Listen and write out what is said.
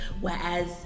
whereas